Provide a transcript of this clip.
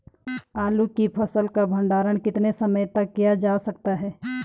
आलू की फसल का भंडारण कितने समय तक किया जा सकता है?